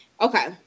Okay